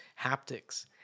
haptics